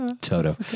Toto